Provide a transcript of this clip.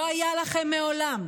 לא היה לכם מעולם.